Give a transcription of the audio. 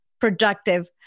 productive